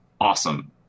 awesome